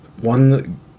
One